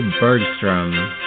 Bergstrom